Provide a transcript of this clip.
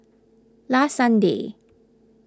last Sunday